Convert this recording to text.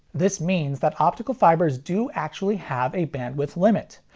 this means that optical fibers do actually have a bandwidth limit.